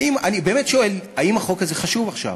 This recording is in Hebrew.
האם, אני באמת שואל, האם החוק הזה חשוב עכשיו?